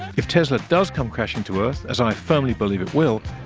if tesla does come crashing to earth, as i firmly believe it will,